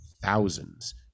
Thousands